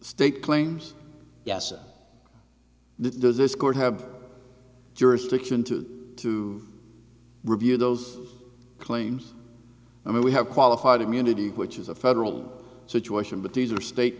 state claims yes there's this court have jurisdiction to to review those claims and we have qualified immunity which is a federal situation but these are state